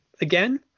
again